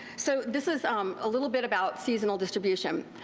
so this is um a little bit about seasonal distribution.